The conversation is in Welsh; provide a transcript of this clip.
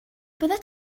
byddet